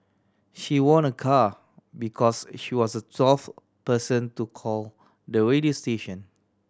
she won a car because she was the twelfth person to call the radio station